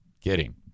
kidding